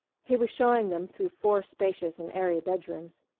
he was showing them through four spacious and airy bedrooms.